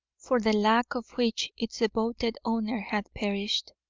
for the lack of which its devoted owner had perished.